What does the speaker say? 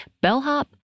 bellhop